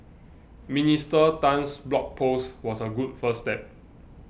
Minister Tan's blog post was a good first step